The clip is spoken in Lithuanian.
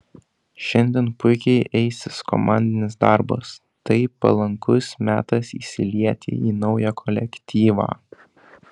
šiandien puikiai eisis komandinis darbas tai palankus metas įsilieti į naują kolektyvą